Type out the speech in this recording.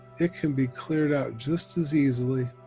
it can be cleared out just as easily,